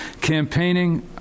Campaigning